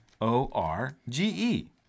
O-R-G-E